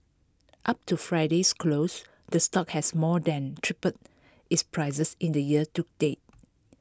up to Friday's close the stock has more than tripled its prices in the year to date